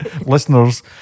listeners